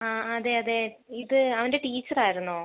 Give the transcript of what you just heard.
ആ അതെ അതെ ഇതു അവൻ്റെ ടീച്ചർ ആയിരുന്നോ